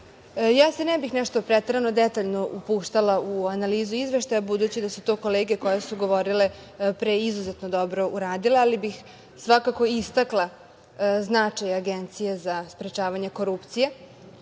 se ne bih nešto preterano detaljno upuštala u analizu izveštaja, budući da su to kolege koje su govorile pre izuzetno dobro uradile, ali bih svakako istakla značaj Agencije za sprečavanje korupcije,